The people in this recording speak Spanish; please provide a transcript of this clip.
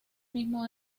mismo